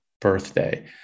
birthday